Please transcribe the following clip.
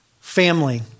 family